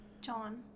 John